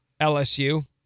LSU